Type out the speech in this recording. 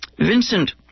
Vincent